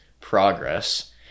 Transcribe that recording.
progress